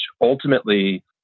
ultimately